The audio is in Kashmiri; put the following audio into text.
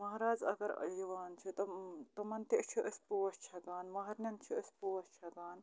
مہراز اگر یِوان چھِ تِم تِمَن تہِ چھِ أسۍ پوش چھَکان مہرنٮ۪ن چھِ أسۍ پوش چھَکان